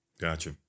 Gotcha